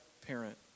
parent